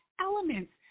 elements